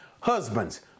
Husbands